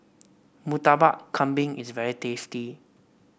Murtabak Kambing is very tasty